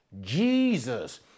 jesus